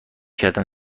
کردم